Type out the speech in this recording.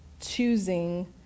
choosing